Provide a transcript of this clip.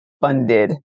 funded